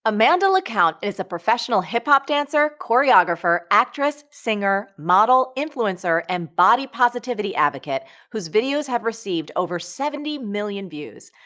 amanda lacount is a professional hip-hop dancer, choreographer, actress, singer, model, influencer and body positivity advocate whose videos have received over seventy million views.